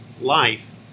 life